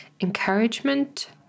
Encouragement